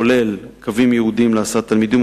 כולל קווים ייעודיים להסעת תלמידים,